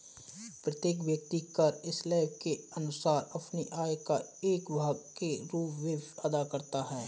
प्रत्येक व्यक्ति कर स्लैब के अनुसार अपनी आय का एक भाग कर के रूप में अदा करता है